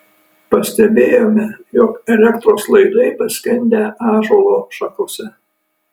pastebėjome jog elektros laidai paskendę ąžuolo šakose